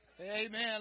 Amen